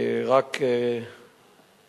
אני